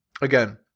Again